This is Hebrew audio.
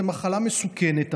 זו מחלה מסוכנת,